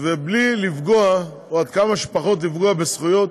ובלי לפגוע, או כמה שפחות לפגוע, בזכויות